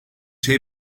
şey